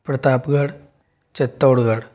Pratapgarh Chittorgarh